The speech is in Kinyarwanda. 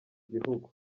gihugu